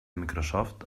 microsoft